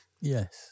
Yes